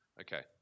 Okay